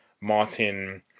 Martin